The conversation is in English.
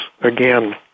again